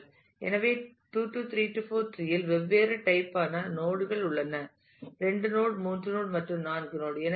எனவே 2 3 4 டிரீ இல் வெவ்வேறு டைப் யான நோட் கள் உள்ளன 2 நோட் 3 நோட் மற்றும் 4 நோட்